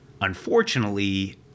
Unfortunately